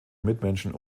mitmenschen